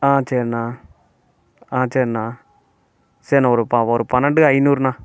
ஆ சரிண்ணா ஆ சரிண்ணா சரிண்ணா ஒரு ப ஒரு பன்னெண்டு ஐநூறுண்ணா